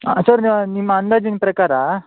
sir ನೀವು ನಿಮ್ಮ ಅಂದಾಜಿನ ಪ್ರಕಾರ